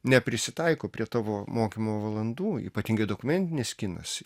neprisitaiko prie tavo mokymo valandų ypatingai dokumentinis kinas